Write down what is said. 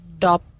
top